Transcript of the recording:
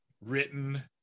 written